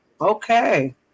Okay